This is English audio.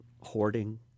hoarding